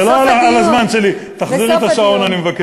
זה לא על הזמן שלי, תחזירי את השעון, אני מבקש.